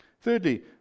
Thirdly